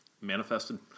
Manifested